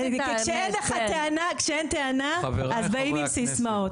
כשאין טענה אז באים עם סיסמאות.